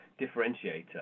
differentiator